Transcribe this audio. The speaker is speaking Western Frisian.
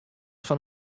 fan